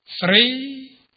Three